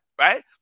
right